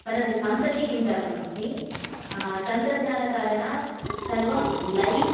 परन्तु सम्प्रति किं जातम् अस्ति तन्त्रज्ञानकारणात् सर्वं लैव्